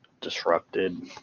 disrupted